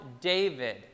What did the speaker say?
David